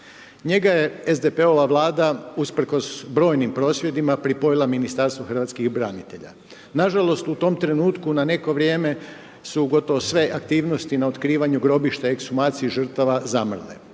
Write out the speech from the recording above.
Njega je SDP-ova vlada usprkos brojnim prosvjedima pripojila Ministarstvu hrvatskih branitelja. Nažalost u tom trenutku na neko vrijeme, su gotovo sve aktivnosti, na otkrivanje grobišta i ekshumaciji žrtava zamrle.